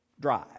drive